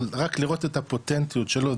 רק לראות את הפוטנטיות שלו,